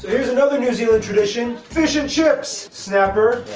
here's another new zealand tradition tradition shook snapper,